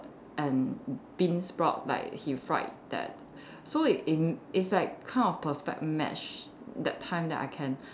and bean sprout like he fried that so it in it's like kind of perfect match that time that I can